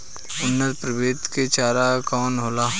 उन्नत प्रभेद के चारा कौन होला?